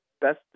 best